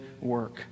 work